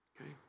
Okay